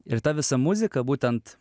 ir ta visa muzika būtent